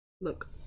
look